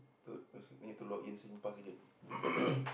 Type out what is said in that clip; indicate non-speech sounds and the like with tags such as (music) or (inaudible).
toot mus~ need to log in Singpass again (noise)